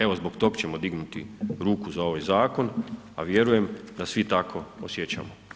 Evo zbog tog ćemo dignuti ruku za ovaj Zakon, a vjerujem da svi tako osjećamo.